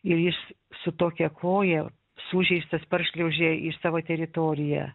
ir jis su tokia koja sužeistas paršliaužė į savo teritoriją